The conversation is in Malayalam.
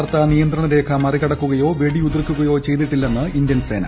ന് യഥാർത്ഥ നിയന്ത്രണ ര്േഖു മുറികടക്കുകയോ വെടിയുതിർക്കുകയോ ച്ചെയ്തിട്ടില്ലെന്ന് ഇന്ത്യൻ സേന